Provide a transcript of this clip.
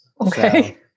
Okay